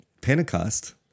Pentecost